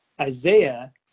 Isaiah